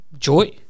Joy